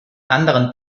anderen